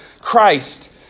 Christ